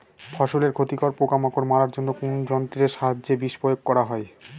ফসলের ক্ষতিকর পোকামাকড় মারার জন্য কোন যন্ত্রের সাহায্যে বিষ প্রয়োগ করা হয়?